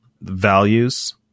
values